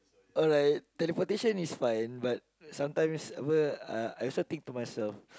alright teleportation is fine but sometimes apa uh I I also think too much of